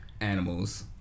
animals